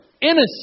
Innocent